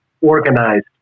organized